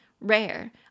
Rare